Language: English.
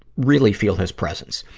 really feel his presence.